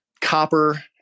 Copper